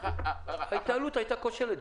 ההתנהלות הייתה כושלת.